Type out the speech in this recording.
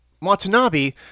Watanabe